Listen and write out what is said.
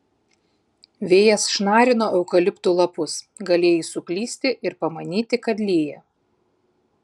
vėjas šnarino eukaliptų lapus galėjai suklysti ir pamanyti kad lyja